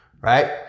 right